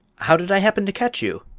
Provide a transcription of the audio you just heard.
how did i happen to catch you?